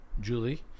Julie